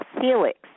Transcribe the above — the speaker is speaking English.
Felix